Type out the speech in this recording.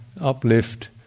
uplift